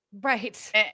Right